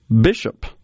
Bishop